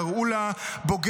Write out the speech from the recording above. קראו לה "בוגדת",